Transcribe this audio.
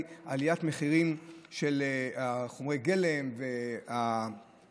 עליית מחירים של חומרי הגלם וההובלות,